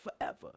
forever